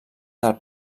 del